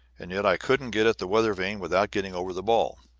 and yet i couldn't get at the weather-vane without getting over the ball.